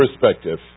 perspective